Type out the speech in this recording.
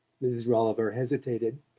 mrs. rolliver hesitated,